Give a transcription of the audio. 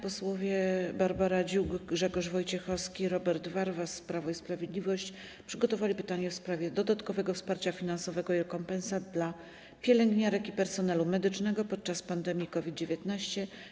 Posłowie Barbara Dziuk, Grzegorz Wojciechowski i Robert Warwas, Prawo i Sprawiedliwość, przygotowali pytanie w sprawie dodatkowego wsparcia finansowego i rekompensat dla pielęgniarek i personelu medycznego podczas pandemii COVID-19.